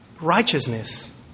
righteousness